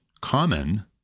common